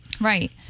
Right